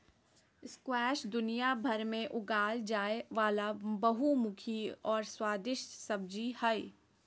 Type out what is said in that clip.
squash दुनियाभर में उगाल जाय वला बहुमुखी और स्वादिस्ट सब्जी हइ